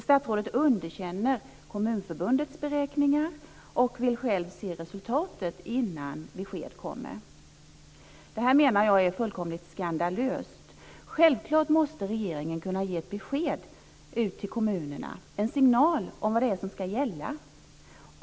Statsrådet underkänner Kommunförbundets beräkningar och vill själv se resultatet innan besked kommer. Det menar jag är fullkomligt skandalöst. Självklart måste regeringen kunna ge ett besked till kommunerna, en signal om vad det är som ska gälla.